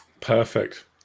Perfect